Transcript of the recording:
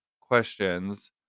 questions